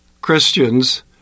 Christians